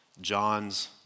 John's